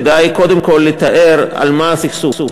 כדאי קודם כול לתאר על מה הסכסוך,